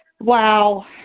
Wow